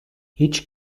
each